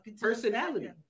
personality